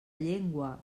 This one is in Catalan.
llengua